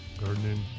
Gardening